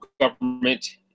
government